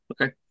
okay